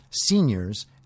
seniors